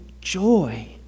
joy